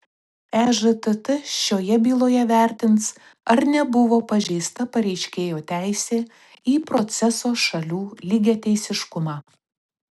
ežtt šioje byloje vertins ar nebuvo pažeista pareiškėjo teisė į proceso šalių lygiateisiškumą